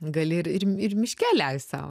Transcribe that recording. gali ir ir ir miške leist sau